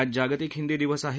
आज जागतिक हिंदी दिवस आहे